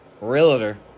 Realtor